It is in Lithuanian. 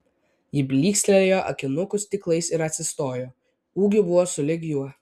ji blykstelėjo akinukų stiklais ir atsistojo ūgiu buvo sulig juo